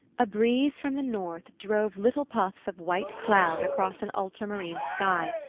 a breeze from the north drove little puffs of white cloud across an ultramarine sky,